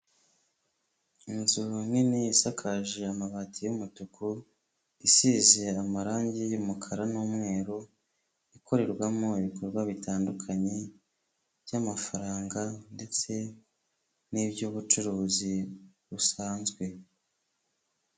Inzuvu nini isakaje amabati y'umutuku, isize amarangi y'umukara n'umweru, ikorerwamo ibikorwa bitandukanye by'amafaranga ndetse n'iby'ubucuruzi busanzwe.